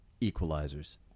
equalizers